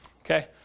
Okay